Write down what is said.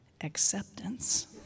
acceptance